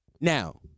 Now